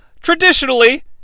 Traditionally